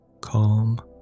Calm